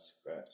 scratch